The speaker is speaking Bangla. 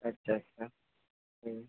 আচ্ছা আচ্ছা হুম